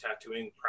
tattooing